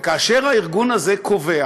וכאשר הארגון הזה קובע